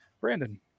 brandon